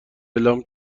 اعلام